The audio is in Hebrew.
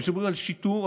וכשמדברים על שיטור,